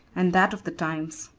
and that of the times.